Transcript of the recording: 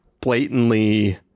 blatantly